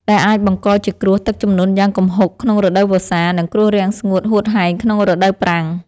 ដែលអាចបង្កជាគ្រោះទឹកជំនន់យ៉ាងគំហុកក្នុងរដូវវស្សា និងគ្រោះរាំងស្ងួតហួតហែងក្នុងរដូវប្រាំង។